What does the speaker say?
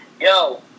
Yo